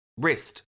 Wrist